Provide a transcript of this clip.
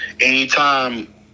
anytime